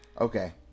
okay